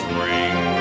ring